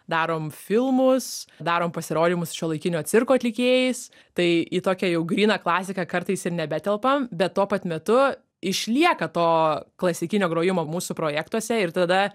darom filmus darom pasirodymus su šiuolaikinio cirko atlikėjais tai į tokią jau gryną klasiką kartais ir nebetelpam bet tuo pat metu išlieka to klasikinio grojimo mūsų projektuose ir tada